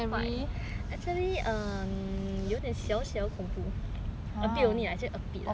有点小小恐怖 a bit only lah actually a bit cause cause it's